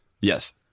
Yes